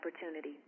opportunity